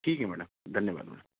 ठीक है मैडम धन्यवाद मैडम